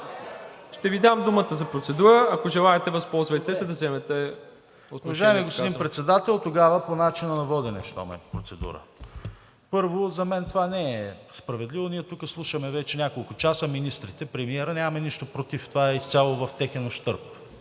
Ще Ви дам думата за процедура, ако желаете, възползвайте се да вземе отношение по казаното. ТОМА БИКОВ (ГЕРБ-СДС): Уважаеми господин Председател, тогава по начина на водене щом е процедура. Първо, за мен това не е справедливо. Ние тук слушаме вече няколко часа министрите, премиерът. Нямаме нищо против. Това изцяло е в техен ущърб.